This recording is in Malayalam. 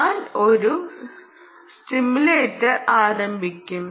ഞാൻ ഒരു സ്റ്റിമുലേറ്റർ ആരംഭിക്കും